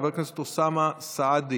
חבר הכנסת אוסאמה סעדי,